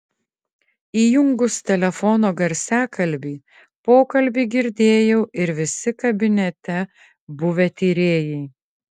įjungus telefono garsiakalbį pokalbį girdėjo ir visi kabinete buvę tyrėjai